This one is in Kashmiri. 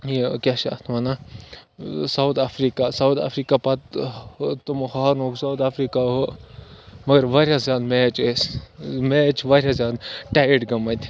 یہِ کیٛاہ چھِ اَتھ وَنان ساوُتھ اَفریکہ ساوُتھ اَفریکہ پَتہٕ ہُہ تِمو ہارنووُکھ ساوُتھ اَفریکہ ہُہ مگر واریاہ زیادٕ میچ ٲسۍ میچ چھِ واریاہ زیادٕ ٹایٹ گٔمٕتۍ